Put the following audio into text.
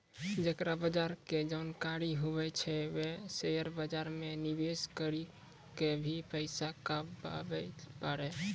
जेकरा बजार के जानकारी हुवै छै वें शेयर बाजार मे निवेश करी क भी पैसा कमाबै पारै